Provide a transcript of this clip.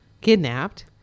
kidnapped